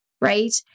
right